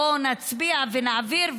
בואו נצביע ונעביר,